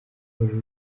abajura